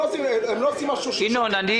ינון אזולאי,